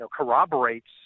corroborates